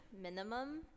minimum